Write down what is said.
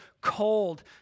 cold